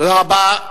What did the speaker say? תודה רבה.